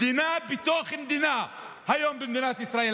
מדינה בתוך מדינה היום במדינת ישראל,